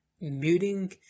muting